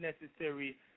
necessary